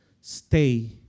stay